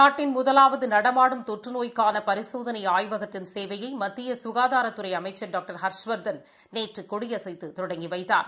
நாட்டின் முதவாவது நடமாடும் தொற்று நோய்க்கான பரிசோதனை ஆய்வகத்தின் சேவையை மத்திய சுகாதாரத்துறை அமைச்சர் டாக்டர் ஹர்ஷவர்தன் நேற்று கொடியசைத்து தொடங்கி வைத்தார்